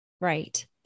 Right